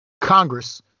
Congress